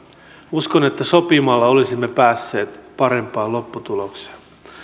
uskon että sopimalla olisimme päässeet parempaan lopputulokseen